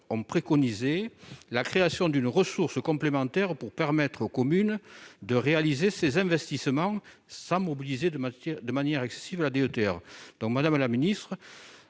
préconisent la création d'une ressource complémentaire pour permettre aux communes de réaliser ces investissements sans mobiliser de manière excessive la DETR.